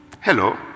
Hello